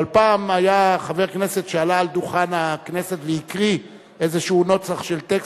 אבל פעם היה חבר כנסת שעלה על דוכן הכנסת והקריא איזה נוסח של טקסט,